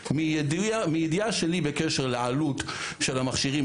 מידיעה שלי בקשר לעלות של המכשירים,